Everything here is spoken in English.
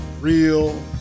real